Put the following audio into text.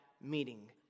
meeting